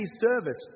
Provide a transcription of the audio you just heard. service